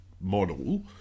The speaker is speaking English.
model